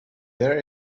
there